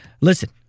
Listen